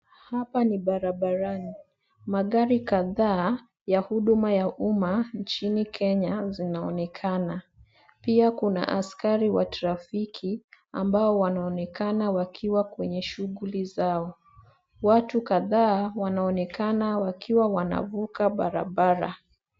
Hapa ni barabarani. Magari kadhaa ya huduma wa umma nchini Kenya zinaonekana. Pia kuna askari wa trafiki ambao wanaonekana wakiwa kwenye shughuli zao. Watu kadhaa wanaonekana wakiwa wanavuka barabara.